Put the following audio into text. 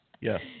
yes